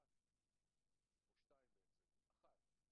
יש שתי בעיות: אחת,